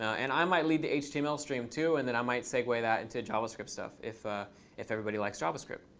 and i might lead the html stream, too, and then i might segue that into javascript stuff if ah if everybody likes javascript.